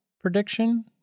prediction